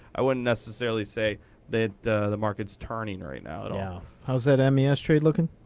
i wouldn't necessarily say that the market's turning right now at all. how's that um yeah mes trade looking?